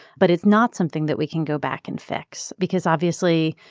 but it's not something that we can go back and fix because, obviously,